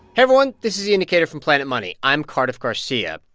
everyone. this is the indicator from planet money. i'm cardiff garcia.